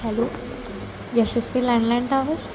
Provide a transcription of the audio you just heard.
hello यशस्वी landline tower